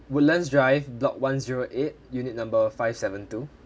woodlands drive block one zero eight unit number five seven two